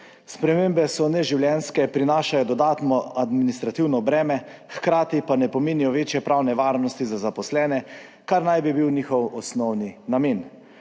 Spremembe so neživljenjske, prinašajo dodatno administrativno breme, hkrati pa ne pomenijo večje pravne varnosti za zaposlene, kar naj bi bil njihov osnovni namen.